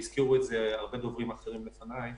והזכירו את זה הרבה דוברים אחרים לפניי